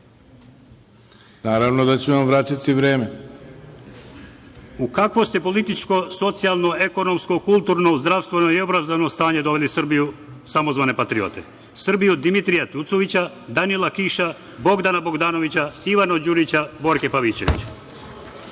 Naravno da ću vam vratiti vreme. **Šaip Kamberi** U kakvo ste političko, socijalno, ekonomsko, kulturno, zdravstveno i obrazovno stanje doveli Srbiju samozvane patriote? Srbiju Dimitrija Tucovića, Danila Kiša, Bogdana Bogdanovića, Ivana Đurića, Borke Pavićević?